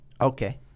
Okay